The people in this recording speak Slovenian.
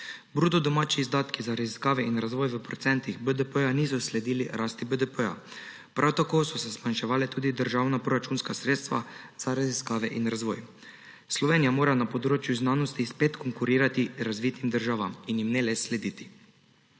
Bruto domači izdatki za raziskave in razvoj v procentih BPD-ja niso sledili rasti BDP-ja, prav tako so se zmanjševala tudi državna proračunska sredstva za raziskave in razvoj. Slovenija mora na področju znanosti spet konkurirati razvitim državam in jim ne le slediti.